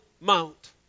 mount